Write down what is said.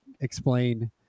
explain